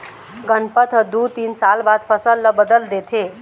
गनपत ह दू तीन साल बाद फसल ल बदल देथे